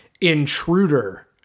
intruder